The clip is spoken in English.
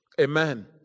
Amen